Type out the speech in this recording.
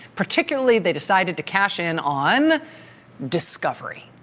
particularly they decided to cash in on discovery